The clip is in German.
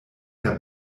der